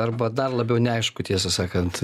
arba dar labiau neaišku tiesą sakant